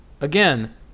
again